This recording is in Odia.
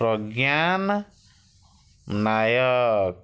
ପ୍ରଜ୍ଞାନ ନାୟକ